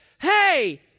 Hey